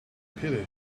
pity